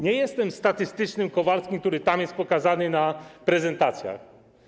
Nie jestem statystycznym Kowalskim, który jest pokazany na prezentacjach.